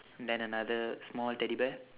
then another small teddy bear